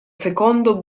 secondo